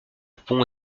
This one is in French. pont